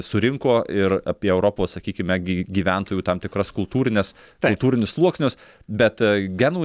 surinko ir apie europos sakykime gi gyventojų tam tikras kultūrines kultūrinius sluoksnius bet genų